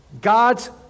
God's